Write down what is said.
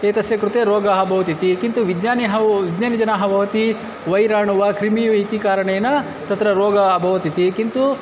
एतस्य कृते रोगाः भवन्ति इति किन्तु विज्ञानिहव् विज्ञानिजनाः भवन्ति वैराणुः वा कृमि वा इति कारणेन तत्र रोगम् अभवत् इति किन्तु